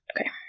Okay